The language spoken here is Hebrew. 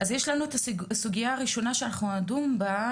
אז יש לנו את הסוגיה הראשונה שאנחנו נדון בה,